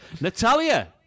Natalia